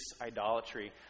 idolatry